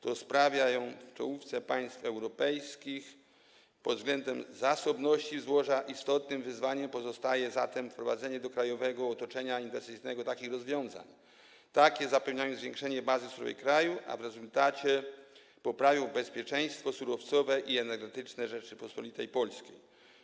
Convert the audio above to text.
To stawia ją w czołówce państw europejskich pod względem zasobności w złoża, istotnym wyzwaniem pozostaje zatem wprowadzenie do krajowego otoczenia inwestycyjnego takich rozwiązań, które zapewnią zwiększenie bazy surowcowej kraju, a w rezultacie poprawią bezpieczeństwo surowcowe i energetyczne Rzeczypospolitej Polskiej.